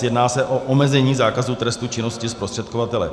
Jedná se o omezení zákazu trestu činnosti zprostředkovatele.